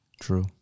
True